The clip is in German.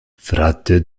verrate